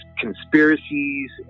conspiracies